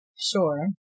sure